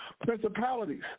principalities